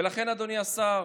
ולכן אדוני השר,